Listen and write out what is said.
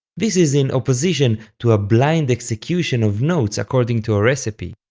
this is in opposition to a blind execution of notes according to a recipe,